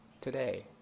today